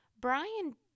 Brian